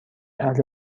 اهل